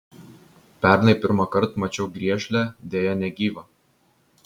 pernai pirmąkart mačiau griežlę deja negyvą